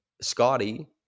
Scotty